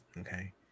Okay